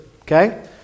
okay